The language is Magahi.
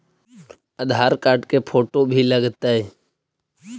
आधार कार्ड के फोटो भी लग तै?